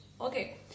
Okay